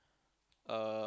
uh